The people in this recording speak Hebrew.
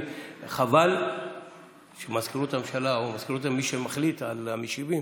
חבל שמזכירות הממשלה או מי שמחליט על המשיבים,